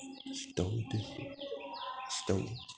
stove इति stove